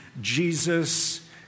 Jesus